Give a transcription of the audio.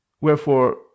wherefore